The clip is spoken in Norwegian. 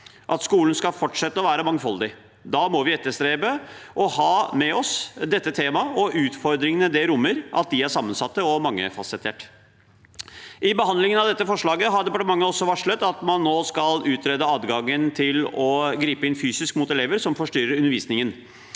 Skolen skal fortsette å være mangfoldig. Da må vi etterstrebe å ha med oss dette temaet, og utfordringene det rommer, er sammensatte og mangefasetterte. I behandlingen av dette forslaget har departementet også varslet at man nå skal utrede adgangen til å gri pe inn fysisk mot elever som forstyrrer undervisningen.